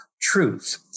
truth